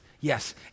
yes